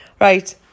Right